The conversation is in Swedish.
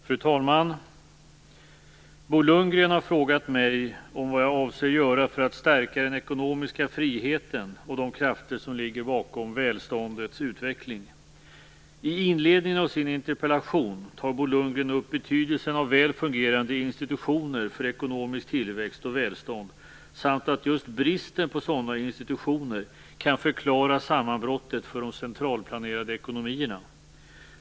Fru talman! Bo Lundgren har frågat mig om vad jag avser göra för att stärka den ekonomiska friheten och de krafter som ligger bakom välståndets utveckling. I inledningen av sin interpellation tar Bo Lundgren upp betydelsen av väl fungerande institutioner för ekonomisk tillväxt och välstånd samt att just bristen på sådana institutioner kan förklara sammanbrottet för de centralplanerade ekonomierna.